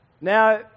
Now